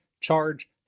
charge